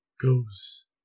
Goes